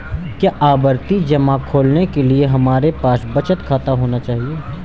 क्या आवर्ती जमा खोलने के लिए हमारे पास बचत खाता होना चाहिए?